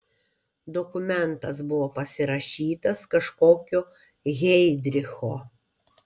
dokumentas buvo pasirašytas kažkokio heidricho